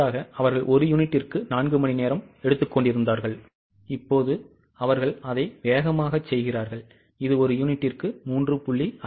முன்னதாக அவர்கள் 1 யூனிட்டுக்கு 4 மணிநேரம் எடுத்துக்கொண்டிருந்தார்கள் இப்போது அவர்கள் அதை வேகமாகச் செய்கிறார்கள் இது ஒரு யூனிட்டுக்கு 3